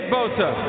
Bosa